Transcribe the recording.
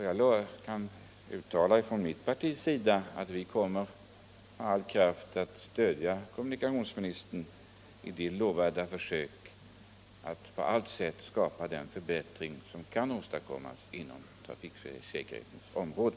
Jag kan uttala från mitt partis sida att vi med all kraft kommer att stödja kommunikationsministern i de lov värda försöken att på olika sätt skapa den förbättring som kan åstadkommas inom trafiksäkerhetens område.